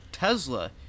Tesla